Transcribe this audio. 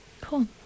Cool